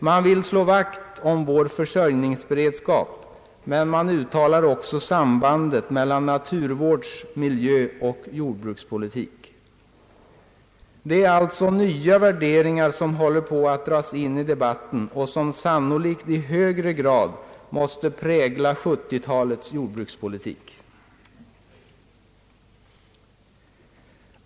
Man vill slå vakt om vår försörjningsberedskap, men man framhåller också sambandet mellan naturvårds-, miljöoch jordbrukspolitik. Det är alltså nya värderingar som håller på att dras in i debatten och som sannolikt i hög grad måste prägla 70-talets jordbrukspolitik.